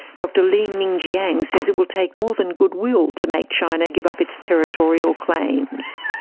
dr li mingjiang says it will take more than goodwill to make china give up its territorial claims.